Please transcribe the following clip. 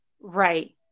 Right